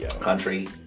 Country